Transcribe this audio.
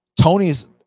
tony's